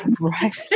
Right